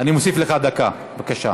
אני אוסיף לך דקה, בבקשה.